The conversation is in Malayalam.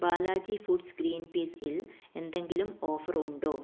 ബാലാജി ഫുഡ്സ് ഗ്രീൻ പീസിൽ എന്തെങ്കിലും ഓഫർ ഉണ്ടോ